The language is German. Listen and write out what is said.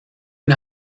und